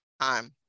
time